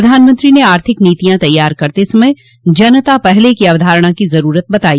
प्रधानमंत्री ने आर्थिक नीतियां तैयार करते समय जनता पहले की अवधारणा की जरूरत बताई